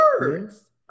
words